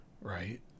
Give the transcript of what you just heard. right